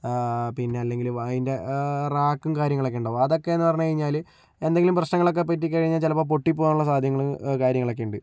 പിന്നെ അല്ലെങ്കില് അതിൻ്റെ റാക്കും കാര്യങ്ങളൊക്കെയുണ്ടാവും അതൊക്കെയെന്ന് പറഞ്ഞു കഴിഞ്ഞാല് എന്തെങ്കിലും പ്രശ്നങ്ങൾ ഒക്കെ പറ്റിക്കഴിഞ്ഞാൽ ചിലപ്പോൾ പൊട്ടിപ്പോകാനുള്ള സാധ്യതകള് കാര്യങ്ങളൊക്കെ ഉണ്ട്